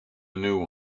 new